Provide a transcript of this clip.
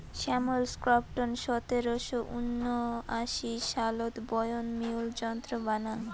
Samuel Crompton সতেরশো উনআশি সালত বয়ন মিউল যন্ত্র বানাং